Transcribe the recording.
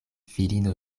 filino